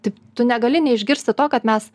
taip tu negali neišgirsti to kad mes